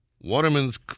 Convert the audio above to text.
Waterman's